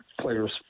players